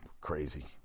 crazy